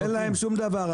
אין להם שום דבר.